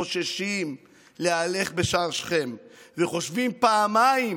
חוששים להלך בשער שכם וחושבים פעמיים